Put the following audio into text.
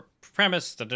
premise